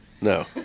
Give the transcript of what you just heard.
No